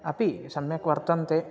अपि सम्यक् वर्तन्ते